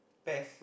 pest